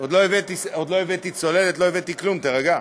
עוד לא הבאתי צוללת, לא הבאתי כלום, תירגע.